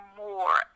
more